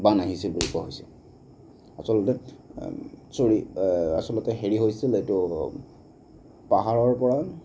বান আহিছে বুলি কোৱা হৈছে আচলতে ছ'ৰি আচলতে হেৰি হৈছিল এইটো পাহাৰৰ পৰা